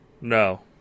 no